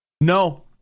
No